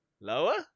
Lower